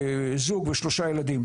שבה יש זוג עם שלושה ילדים.